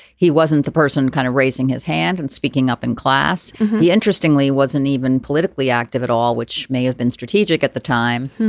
he wasn't the person kind of raising his hand and speaking up in class he interestingly wasn't even politically active at all which may have been strategic at the time.